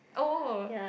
oh